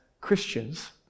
Christians